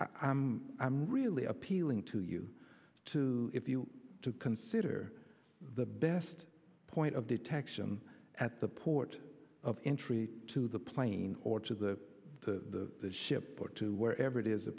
i'm i'm really appealing to you to if you consider the best point of detection at the port of entry to the plane or to the ship or to wherever it is a